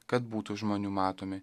kad būtų žmonių matomi